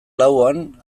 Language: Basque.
lauan